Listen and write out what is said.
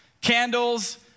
candles